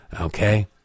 Okay